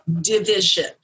division